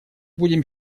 будем